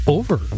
over